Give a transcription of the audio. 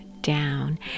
down